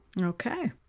Okay